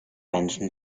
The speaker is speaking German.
menschen